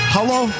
Hello